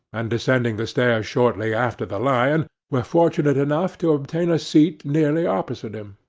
and, descending the stairs shortly after the lion, were fortunate enough to obtain a seat nearly opposite him.